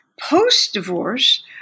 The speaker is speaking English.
post-divorce